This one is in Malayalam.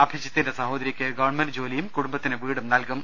അഭിജിത്തിന്റെ സഹോദരിക്ക് ഗവൺമെന്റ് ജോലിയും കുടുംബത്തിന് വീടും നൽകും